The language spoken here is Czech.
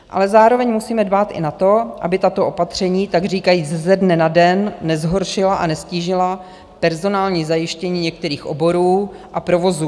Ale zároveň musíme dbát i na to, aby tato opatření takříkajíc ze dne na den nezhoršila a neztížila personální zajištění některých oborů a provozů.